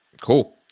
cool